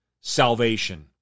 Salvation